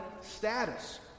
status